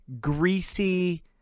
greasy